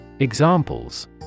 Examples